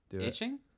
itching